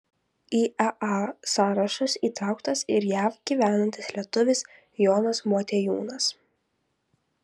į eaa sąrašus įtrauktas ir jav gyvenantis lietuvis jonas motiejūnas